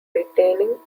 retaining